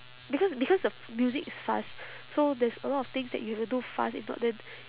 because because the music is fast so there's a lot of things that you have to do fast if not then